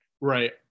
Right